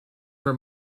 her